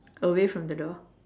away from the door